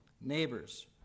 neighbors